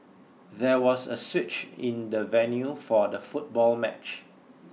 there was a switch in the venue for the football match